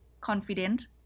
confident